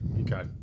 Okay